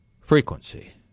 frequency